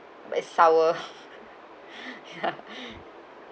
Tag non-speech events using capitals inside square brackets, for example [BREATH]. a bit sour [LAUGHS] [BREATH] ya [BREATH]